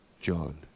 John